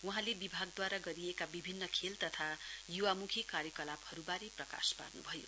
वहाँले विभागदूवारा गरिएको विभिन्न खेल तथा युवामुखी कार्यकलापहरुवारे प्रकाश पार्नुभयो